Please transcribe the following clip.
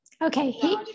Okay